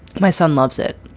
my son loves it.